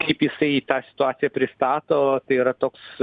kaip jisai tą situaciją pristato tai yra toks